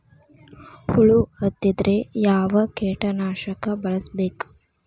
ಹುಳು ಹತ್ತಿದ್ರೆ ಯಾವ ಕೇಟನಾಶಕ ಬಳಸಬೇಕ?